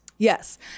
Yes